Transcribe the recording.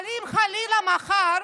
אבל אם, חלילה, מחר